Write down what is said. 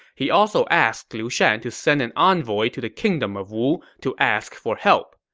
he also asked liu shan to send an envoy to the kingdom of wu to ask for help.